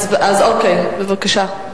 אז אוקיי, בבקשה.